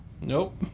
nope